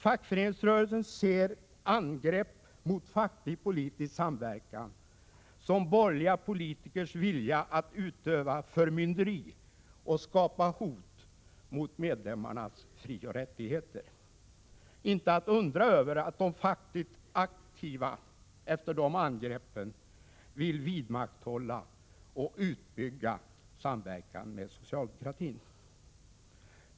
Fackföreningsrörelsen ser angrepp mot facklig-politisk samverkan som uttryck för borgerliga politikers vilja att utöva förmynderi och skapa hot mot medlemmarnas frioch rättigheter. Det är inte att undra över att de fackligt aktiva efter sådana angrepp vill vidmakthålla och utbygga samverkan med socialdemokratin.